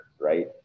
right